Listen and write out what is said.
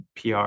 PR